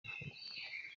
gufungurwa